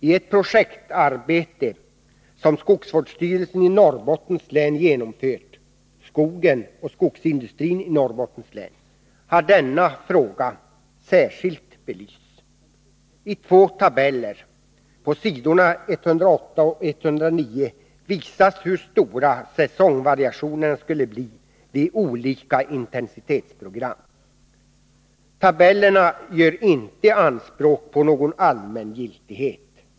I ett projektarbete som skogsvårdsstyrelsen i Norrbottens län genomfört, Skogen och skogsindustrin i Norrbottens län, har denna fråga särskilt belysts. I två tabeller på s. 108 och 109 i denna rapport visas hur stora säsongvariationerna skulle bli vid olika intensitetsprogram. Tabellerna gör inte anspråk på någon allmängiltighet.